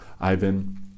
ivan